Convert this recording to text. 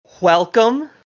Welcome